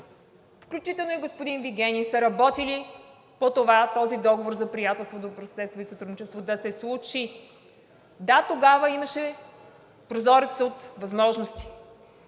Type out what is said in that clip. включително и господин Вигенин, са работили по това този Договор за приятелство, добросъседство и сътрудничество да се случи. Да, тогава имаше прозорец от възможности.